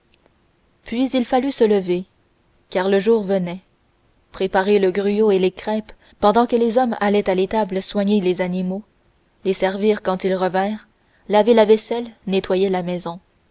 puis il fallut se lever car le jour venait préparer le gruau et les crêpes pendant que les hommes allaient à l'étable soigner les animaux les servir quand ils revinrent laver la vaisselle nettoyer la maison